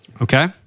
Okay